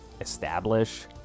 establish